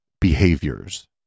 behaviors